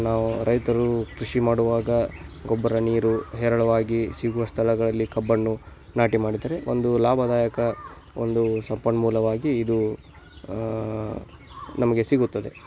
ನಾವು ರೈತರು ಕೃಷಿ ಮಾಡುವಾಗ ಗೊಬ್ಬರ ನೀರು ಹೇರಳವಾಗಿ ಸಿಗುವ ಸ್ಥಳಗಳಲ್ಲಿ ಕಬ್ಬನ್ನು ನಾಟಿ ಮಾಡಿದರೆ ಒಂದು ಲಾಭದಾಯಕ ಒಂದು ಸಂಪನ್ಮೂಲವಾಗಿ ಇದು ನಮಗೆ ಸಿಗುತ್ತದೆ